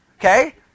okay